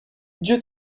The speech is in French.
dieu